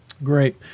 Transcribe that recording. Great